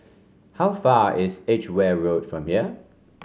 how far is Edgeware Road from here